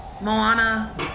Moana